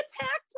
attacked